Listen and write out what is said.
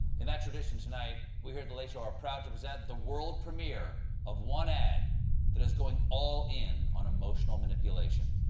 in that tradition, tonight, we here it the late show are proud to present the world premiere of one ad that is going all in on emotional manipulation.